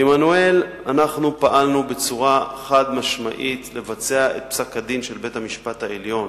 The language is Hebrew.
בעמנואל פעלנו בצורה חד-משמעית לבצע את פסק-הדין של בית-המשפט העליון,